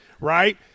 right